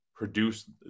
produce